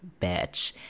Bitch